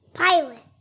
pilot